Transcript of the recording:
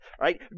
right